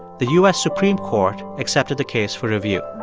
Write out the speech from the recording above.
the u s. supreme court accepted the case for review